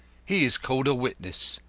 he is called a witness.